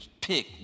pick